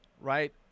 right